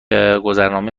گذرنامه